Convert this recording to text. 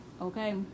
okay